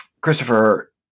Christopher